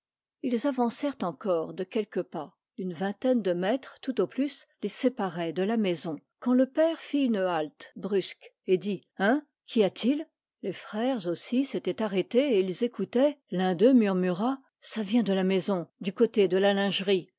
ils avancèrent encore de quelques pas une vingtaine de mètres tout au plus les séparaient de la maison quand le père fit une halte brusque et dit hein qu'y a-t-il les frères aussi s'étaient arrêtés et ils écoutaient l'un d'eux murmura ça vient de la maison du côté de la lingerie